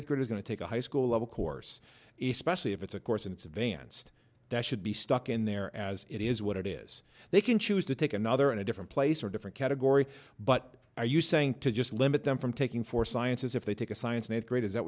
eighth grade is going to take a high school level course if specially if it's a course in it's advanced that should be stuck in there as it is what it is they can choose to take another in a different place or a different category but are you saying to just limit them from taking four sciences if they take a science and grade is that